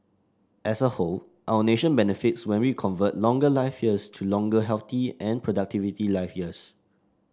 as a whole our nation benefits when we convert longer life years to longer healthy and productivity life years